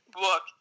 look